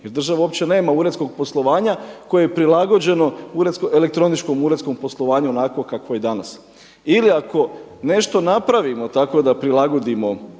jer država uopće nema uredskog poslovanja koje je prilagođeno elektroničkom uredskom poslovanju onako kako je danas. Ili ako nešto napravimo tako da prilagodimo